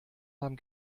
haben